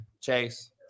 Chase